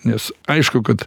nes aišku kad